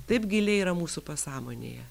taip giliai yra mūsų pasąmonėje